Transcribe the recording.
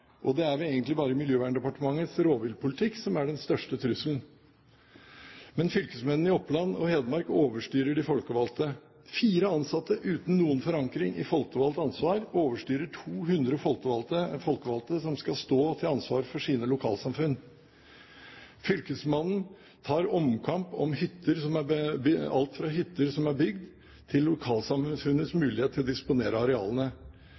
og det er vel egentlig bare Miljøverndepartementets rovviltpolitikk som er den største trusselen. Men fylkesmennene i Oppland og Hedmark overstyrer de folkevalgte. Fire ansatte uten noen forankring i folkevalgt ansvar overstyrer 200 folkevalgte som skal stå til ansvar for sine lokalsamfunn. Fylkesmannen tar omkamp om alt fra hytter som er bygget, til lokalsamfunnets mulighet til å disponere arealene. Folks muligheter til